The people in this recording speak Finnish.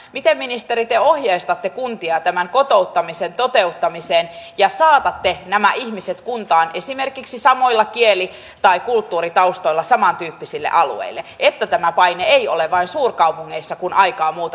miten ministeri te ohjeistatte kuntia tämän kotouttamisen toteuttamiseen ja saa nämä on erittäin tärkeää meidän vihreän talouden onnistumisen kannalta se että myös tämä vain ei ole vain suurkaupungeissa kun aikaa mutta